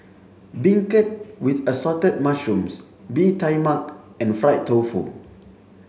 Beancurd with assorted mushrooms bee Tai Mak and fried tofu